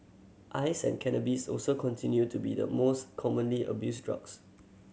ice and cannabis also continue to be the most commonly abused drugs